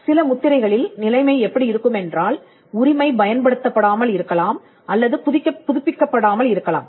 சில முத்திரைகளில் நிலைமை எப்படி இருக்குமென்றால் உரிமை பயன்படுத்தப்படாமல் இருக்கலாம் அல்லது புதுப்பிக்கப் படாமல் இருக்கலாம்